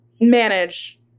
manage